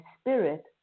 spirit